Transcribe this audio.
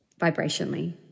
vibrationally